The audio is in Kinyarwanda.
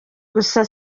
gusa